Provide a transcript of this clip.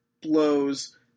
blows